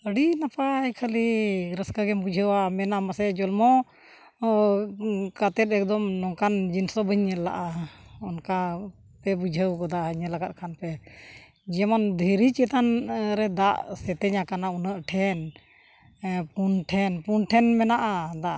ᱟᱹᱰᱤ ᱱᱟᱯᱟᱭ ᱠᱷᱟᱹᱞᱤ ᱨᱟᱹᱥᱠᱟᱹ ᱜᱮᱢ ᱵᱩᱡᱷᱟᱹᱣᱟ ᱢᱮᱱᱟᱢ ᱢᱟᱥᱮ ᱡᱚᱱᱢᱚ ᱠᱟᱛᱮ ᱮᱠᱫᱚᱢ ᱱᱚᱝᱠᱟᱱ ᱡᱤᱱᱤᱥ ᱵᱟᱹᱧ ᱧᱮᱞ ᱞᱟᱜᱼᱟ ᱚᱱᱠᱟᱯᱮ ᱵᱩᱡᱷᱟᱹᱣ ᱜᱚᱫᱟ ᱧᱮᱞ ᱟᱠᱟᱫ ᱠᱷᱟᱱᱯᱮ ᱡᱮᱢᱚᱱ ᱫᱷᱤᱨᱤ ᱪᱮᱛᱟᱱ ᱨᱮ ᱫᱟᱜ ᱥᱮᱛᱮᱧ ᱟᱠᱟᱱᱟ ᱩᱱᱟᱹᱜ ᱴᱷᱮᱱ ᱯᱩᱱ ᱴᱷᱮᱱ ᱯᱩᱱ ᱴᱷᱮᱱ ᱢᱮᱱᱟᱜᱼᱟ ᱫᱟᱜ